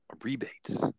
rebates